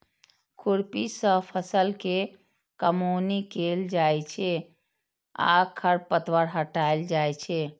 खुरपी सं फसल के कमौनी कैल जाइ छै आ खरपतवार हटाएल जाइ छै